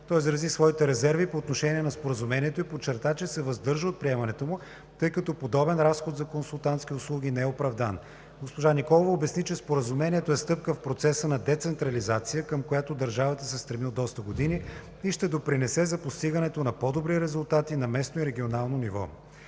Той изрази своите резерви по отношение на Споразумението и подчерта, че се въздържа от приемането му, тъй като подобен разход за консултантски услуги не е оправдан. Госпожа Николова обясни, че Споразумението е стъпка в процеса на децентрализация, към която държавата се стреми от доста години, и ще допринесе за постигането на по-добри резултати на местно и регионално ниво.